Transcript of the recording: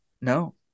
No